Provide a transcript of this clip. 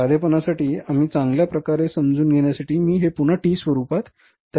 साधेपणासाठी आणि चांगल्या प्रकारे समजून घेण्यासाठी मी हे पुन्हा टी स्वरूपात तयार करीत आहे